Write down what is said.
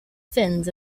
fens